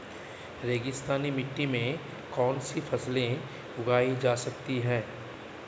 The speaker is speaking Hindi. रेगिस्तानी मिट्टी में कौनसी फसलें उगाई जा सकती हैं?